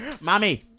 Mommy